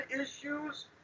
issues